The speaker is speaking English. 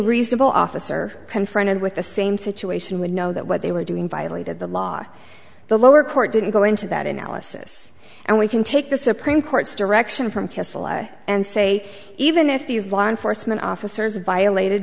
reasonable officer confronted with the same situation would know that what they were doing violated the law the lower court didn't go into that analysis and we can take the supreme court's direction from castle and say even if these law enforcement officers violated